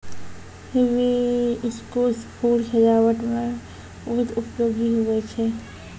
hibiscus फूल सजाबट मे बहुत उपयोगी हुवै छै